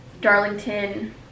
darlington